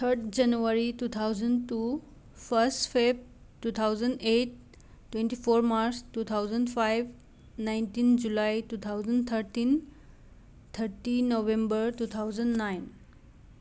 third January two thousand two first feb two thousand eight twenty four March two thousand five nineteen July two thousand thirteen thirteen November two thousand nine